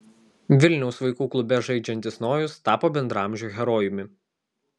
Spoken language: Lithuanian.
vilniaus vaikų klube žaidžiantis nojus tapo bendraamžių herojumi